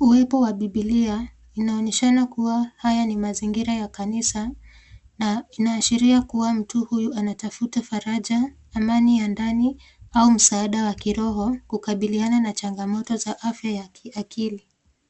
,uwepo wa bibilia inaonyeshana kuwa haya ni mazingira ya kanisa na inaashiria kuwa mtu huyu anatafta faraja amani ya ndani au msaada wa kiroho kukabiliana na changamoto za afya ya kiakili.